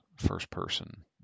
first-person